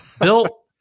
Bill